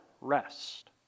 rest